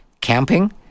camping